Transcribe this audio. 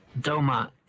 Doma